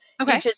Okay